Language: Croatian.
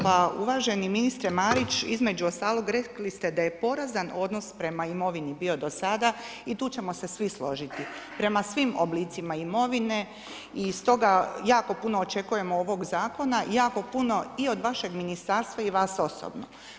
Pa uvaženi ministre Marić između ostalog rekli ste da je porazan odnos prema imovini bio do sada i tu ćemo se svi složiti, prema svim oblicima imovine i stoga jako puno očekujem od ovog zakon, jako puno i od vašeg ministarstva i vas osobno.